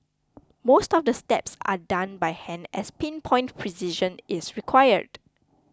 most of the steps are done by hand as pin point precision is required